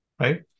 right